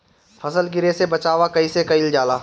फसल गिरे से बचावा कैईसे कईल जाई?